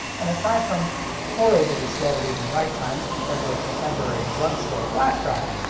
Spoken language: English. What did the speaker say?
and aside from horridly slow read and write times compared to a contemporary drug store flash drive,